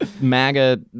MAGA